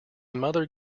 mother